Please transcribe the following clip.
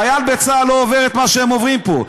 חייל בצה"ל לא עובר את מה שהם עוברים פה,